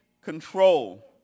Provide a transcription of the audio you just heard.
control